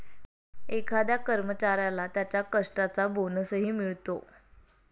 एखाद्या कर्मचाऱ्याला त्याच्या कष्टाचा बोनसही मिळतो